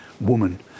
woman